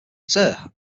sir